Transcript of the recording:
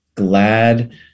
glad